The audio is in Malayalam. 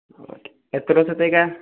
ഓക്കെ എത്ര ദിവസത്തേക്കാണ്